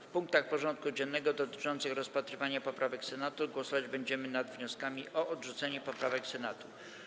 W punktach porządku dziennego dotyczących rozpatrywania poprawek Senatu głosować będziemy nad wnioskami o odrzucenie poprawek Senatu.